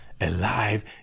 alive